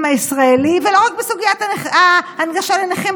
הישראלי ולא רק בסוגיית ההנגשה לנכים,